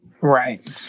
Right